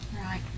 Right